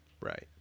right